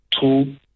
two